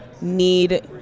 need